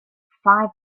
five